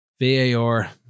VAR